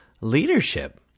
leadership